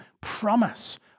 promise